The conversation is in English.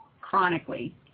chronically